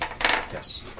Yes